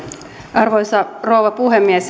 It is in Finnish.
arvoisa rouva puhemies